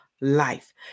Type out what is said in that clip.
life